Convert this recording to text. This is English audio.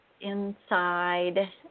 inside